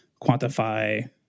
quantify